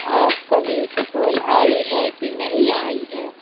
آپ کبھی سپول آئی ہے کہ نہیں آئی ہے